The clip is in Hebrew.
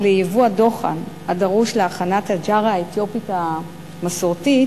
לייבוא הדוחן הדרוש להכנת האינג'רה האתיופית המסורתית,